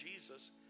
Jesus